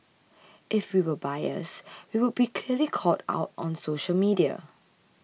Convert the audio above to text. if we were biased we would be clearly called out on social media